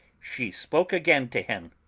she spoke again to him,